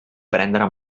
prendre